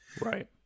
Right